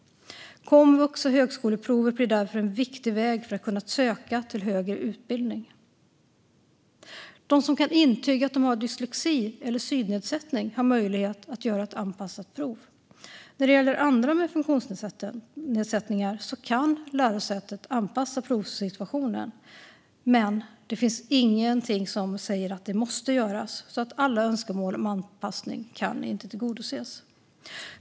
Komvux och högskoleprovet blir därför en viktig väg för att kunna söka till högre utbildning. De som kan intyga att de har dyslexi eller synnedsättning har möjlighet att göra ett anpassat prov. När det gäller andra med funktionsnedsättningar kan lärosätet anpassa provsituationen, men det finns ingenting som säger att det måste göras. Alla önskemål om anpassning kan därför inte tillgodoses.